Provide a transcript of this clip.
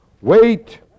wait